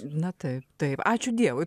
na taip taip ačiū dievui